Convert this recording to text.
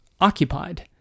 occupied